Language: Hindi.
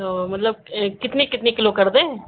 तो मतलब कितने कितने किलो कर दें